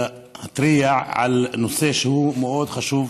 להתריע על נושא שהוא מאוד חשוב.